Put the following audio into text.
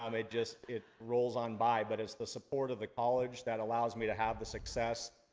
um it just, it rolls on by. but, it's the support of the college that allows me to have the success.